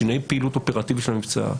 בשינויי פעילות אופרטיבית של המבצע,